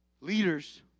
leaders